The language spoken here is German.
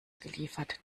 geliefert